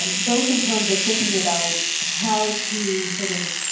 um both in terms of thinking about how to sort of